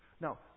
now